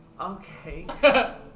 Okay